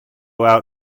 out